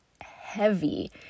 heavy